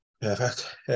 perfect